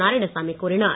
நாராயணசாமி கூறினார்